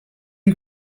you